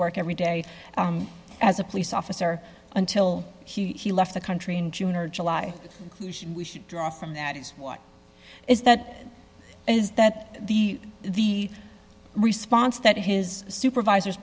work every day as a police officer until he left the country in june or july we should draw from that is what is that is that the the response that his supervisors